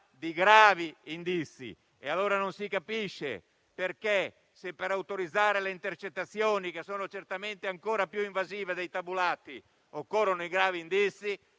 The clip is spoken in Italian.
di «gravi indizi». Pertanto, non si capisce perché per autorizzare le intercettazioni, che sono certamente più invasive dei tabulati, occorrono i gravi indizi,